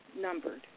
numbered